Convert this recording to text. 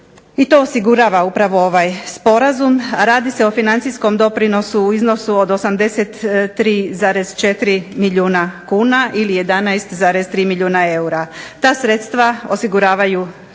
i to osigurava upravo ovaj Sporazum a radi se o financijskom doprinosu u iznosu od 83,4 milijuna kuna ili 11,3 milijuna eura. Ta sredstva osiguravaju